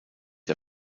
der